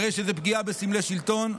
הרי שזו פגיעה בסמלי שלטון,